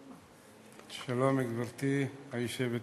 שלום, גברתי היושבת-ראש,